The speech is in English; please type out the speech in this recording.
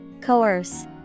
Coerce